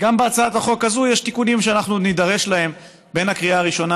גם בהצעת החוק הזאת יש תיקונים שאנחנו נידרש אליהם בין הקריאה הראשונה,